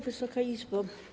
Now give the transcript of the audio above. Wysoka Izbo!